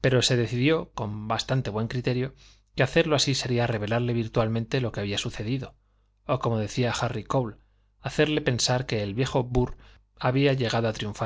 pero se decidió con bastante buen criterio que hacerlo así sería revelarle virtualmente lo que había sucedido o como decía harry cole hacerle pensar que el viejo burr había llegado a triunfar